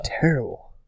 Terrible